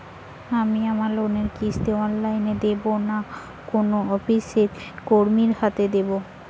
আমি আমার লোনের কিস্তি অনলাইন দেবো না কোনো অফিসের কর্মীর হাতে দেবো?